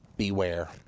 Beware